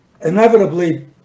inevitably